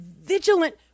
vigilant